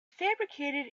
fabricated